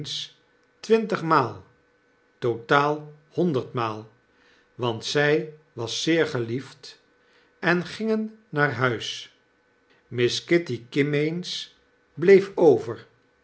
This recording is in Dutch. twintigmaal totaal honderdmaal want zij was zeer geliefd en gingen naar huis miss kitty kimmeens bleef over